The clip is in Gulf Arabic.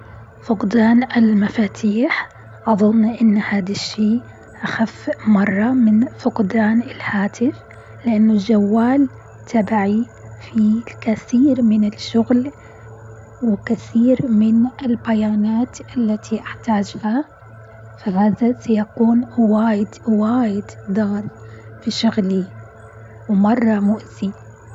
فقدان المفاتيح أظن إن هذا الشيء أخف مرة من فقدان الهاتف، لان الجوال تبعي في الكثير من الشغل والكثير من البيانات التي احتاجها، فهذا سيكون واجد واجد ضار بشغلي، مرة مؤذي.